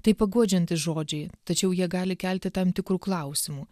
tai paguodžiantys žodžiai tačiau jie gali kelti tam tikrų klausimų